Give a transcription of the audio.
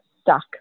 stuck